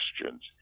questions